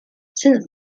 since